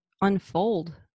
unfold